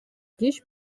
кич